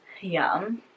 yum